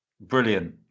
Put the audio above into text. Brilliant